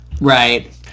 right